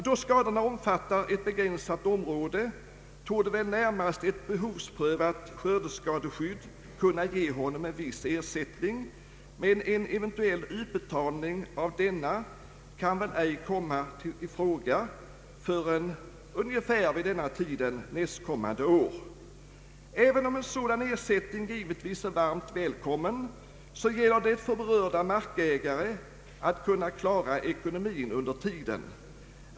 Då skadorna omfattar ett begränsat område, torde väl närmast ett behovsprövat skördeskadeskydd kunna ge honom en viss ersättning, men en eventuell utbetalning av denna kan väl inte komma i fråga förrän ungefär vid denna tid nästkommande år. Även om en sådan ersättning givetvis är varmt välkommen, så gäller det för berörda markägare att kunna klara ekonomin under tiden.